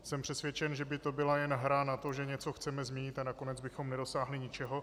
Jsem přesvědčen, že by to byla jen hra na to, že něco chceme změnit, a nakonec bychom nedosáhli ničeho.